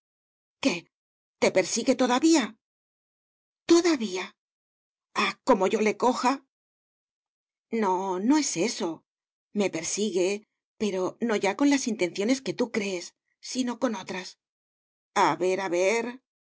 te persigue todavía todavía ah como yo le coja no no es eso me persigue pero no ya con las intenciones que tú crees sino con otras a ver a ver